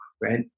Right